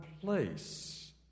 place